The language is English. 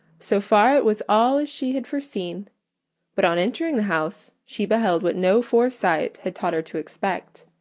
so far it was all as she had foreseen but on entering the house she beheld what no foresight had taught her to expect.